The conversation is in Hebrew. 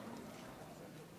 הסדרת העיסוק בפודולוגיה),